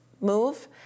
move